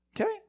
okay